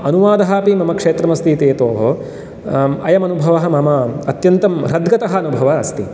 अनुवादः अपि मम क्षेत्रमस्ति इति हेतोः अयम् अनुभवः मम अत्यन्तं हृद्गतः अनुभवः अस्ति